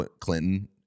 clinton